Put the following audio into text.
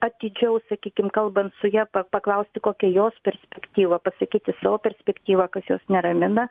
atidžiau sakykim kalbant su ja pa paklausti kokia jos perspektyva pasakyti savo perspektyvą kas jus neramina